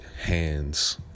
hands